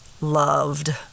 loved